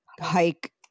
hike